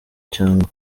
cyangwa